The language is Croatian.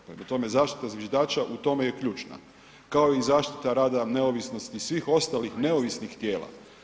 Dakle, tome zaštita zviždača u tome je ključna, kao i zaštita rada neovisnosti svih ostalih neovisnih tijela.